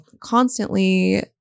constantly